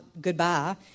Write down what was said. goodbye